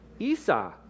Esau